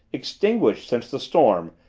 extinguished since the storm,